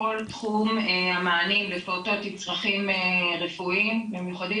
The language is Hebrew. כל תחום המענים לפעוטות עם צרכים רפואיים ומיוחדים,